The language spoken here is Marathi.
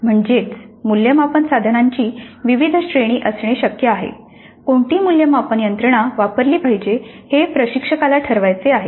म्हणजेच मूल्यमापन साधनांची विविध श्रेणी असणे शक्य आहे कोणती मूल्यमापन यंत्रणा वापरली पाहिजे हे प्रशिक्षकाला ठरवायचे आहे